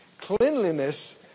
cleanliness